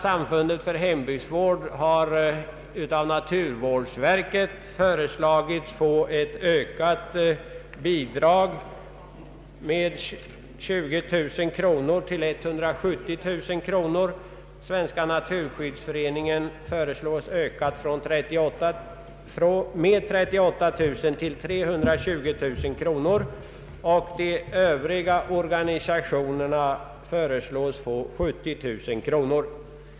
Samfundet för hembygdsvård har av naturvårdsverket föreslagits få ett med 20000 kronor ökat bidrag, d.v.s. 170 000 kronor. Anslaget till Svenska naturskyddsföreningen föreslås ökat med 38 000 kronor till 320 000, och de Övriga organisationerna föreslås få 70 000 kronor.